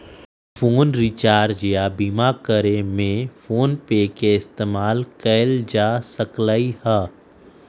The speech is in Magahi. फोन रीचार्ज या बीमा करे में फोनपे के इस्तेमाल कएल जा सकलई ह